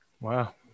Wow